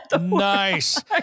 Nice